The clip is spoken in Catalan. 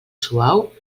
suau